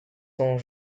sont